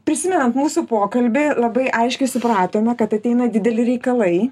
prisimenant mūsų pokalbį labai aiškiai supratome kad ateina dideli reikalai